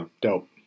Dope